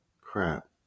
crap